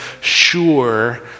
sure